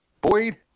Boyd